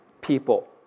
people